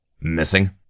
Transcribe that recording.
Missing